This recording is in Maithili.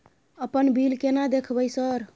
अपन बिल केना देखबय सर?